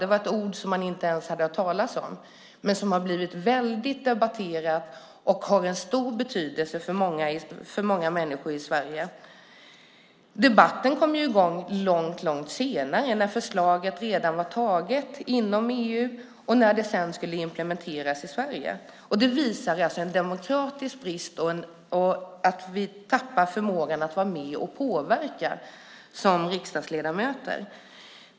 Det var en fråga som man inte ens hade hört talas om men som har blivit väldigt debatterad och har en stor betydelse för många människor i Sverige. Debatten kom i gång långt senare, när förslaget redan var antaget inom EU och när det sedan skulle implementeras i Sverige. Detta visar på en demokratisk brist och på att vi som riksdagsledamöter tappar förmågan att vara med och påverka.